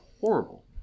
horrible